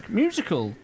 musical